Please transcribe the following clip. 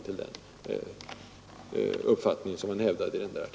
Det har heller ingen annan gjort.